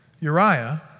Uriah